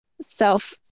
self